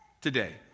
today